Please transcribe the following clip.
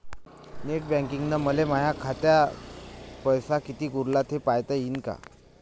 Net बँकिंगनं मले माह्या खाल्ल पैसा कितीक उरला थे पायता यीन काय?